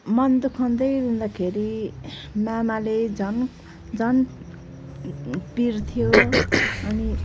मन दुखाउँदै रुँदाखेरि मामाले झन् झन् पिट्थ्यो अनि